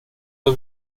the